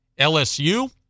LSU